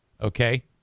Okay